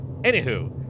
anywho